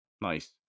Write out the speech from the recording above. Nice